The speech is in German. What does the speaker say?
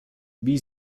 wie